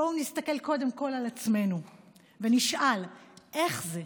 בואו נסתכל קודם כול על עצמנו ונשאל: איך זה,